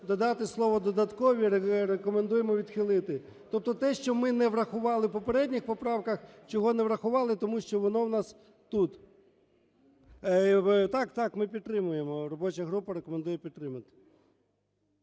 додати слово "додаткові", рекомендуємо відхилити. Тобто те, що ми не врахували в попередніх поправках. Чого не врахували? Тому що воно у нас тут. Так, так, ми підтримуємо, робоча група рекомендує підтримати.